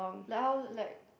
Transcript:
like how like